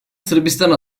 sırbistan